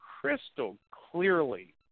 crystal-clearly